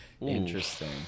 Interesting